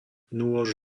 nôž